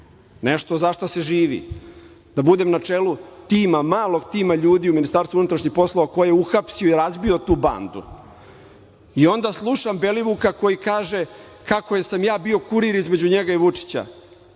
nešto za šta se živi, da budem na čelu tima, malog tima ljudi u Ministarstvu unutrašnjih poslova koji je uhapsio i razbio tu bandu i onda slušam Belivuka koji kaže kako sam ja bio kurir između njega i Vučića.